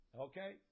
Okay